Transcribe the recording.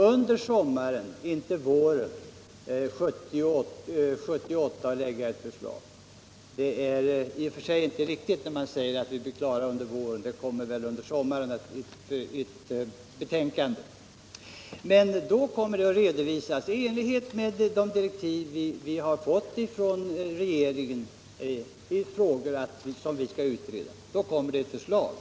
Under sommaren 1978 — det är i och för sig inte riktigt att vi kommer att bli klara under våren —- kommer vi att lägga fram en redovisning i enlighet med de direktiv vi fått från regeringen, och då kommer det ett förslag.